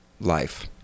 life